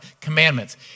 commandments